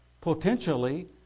potentially